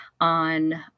on